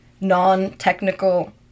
non-technical